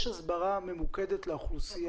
יש הסברה ממוקדת לאוכלוסייה?